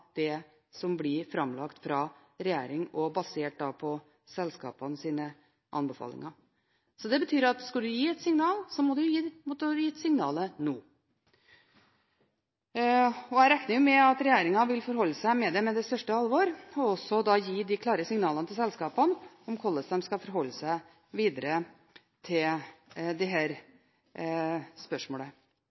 det som blir framlagt fra regjeringen basert på selskapenes anbefalinger. Så det betyr at skulle man gitt et signal, måtte man gitt det signalet nå. Jeg regner med at regjeringen vil forholde seg til det med det største alvor og også gi klare signaler til selskapene om hvordan de skal forholde seg videre til dette spørsmålet. Representanten Grimstad var bekymret for rammebetingelsene, og det